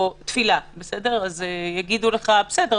אז יגידו לך: בסדר,